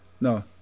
No